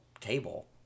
table